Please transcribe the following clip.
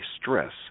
stress